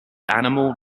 animal